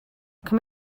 come